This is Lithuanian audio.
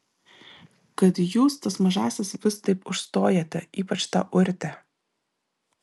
kad jūs tas mažąsias vis taip užstojate ypač tą urtę